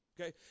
Okay